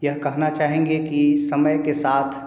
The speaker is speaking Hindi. यह कहना चाहेंगे कि समय के साथ